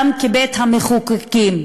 גם כבית-המחוקקים,